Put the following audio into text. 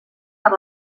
per